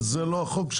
אבל זה לא החוק.